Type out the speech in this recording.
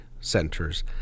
centers